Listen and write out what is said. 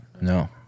No